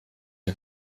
der